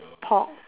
pork